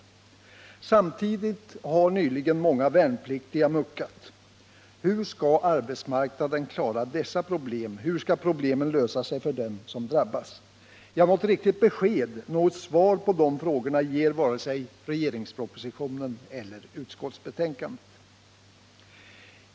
Dessutom har nyligen många värnpliktiga muckat. Hur skall arbetsmarknaden lösa de problem som kommer att uppstå? Hur skall problemen lösa sig för dem som drabbas? Något riktigt besked, något svar på dessa frågor, ges inte vare sig i regeringspropositionen eller i utskottsbetänkandet.